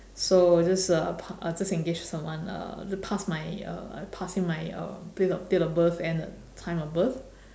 so just uh pa~ just engage someone uh to pass my uh I pass him my uh date of date of birth and time of birth